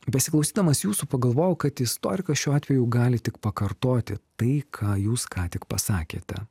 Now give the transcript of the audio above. besiklausydamas jūsų pagalvojau kad istorikas šiuo atveju gali tik pakartoti tai ką jūs ką tik pasakėte